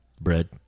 bread